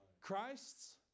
Christ's